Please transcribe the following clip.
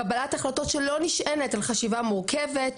קבלת החלטות שלא נשענת על חשיבה מורכבת,